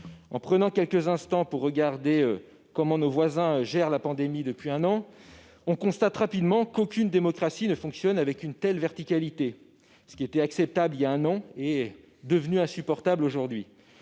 En prenant quelques instants pour regarder comment nos voisins gèrent la pandémie depuis un an, on constate rapidement qu'aucune démocratie ne fonctionne avec une aussi grande verticalité que la nôtre. Ce qui était acceptable il y a un an est devenu insupportable aujourd'hui.